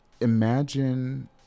imagine